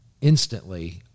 instantly